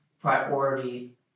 priority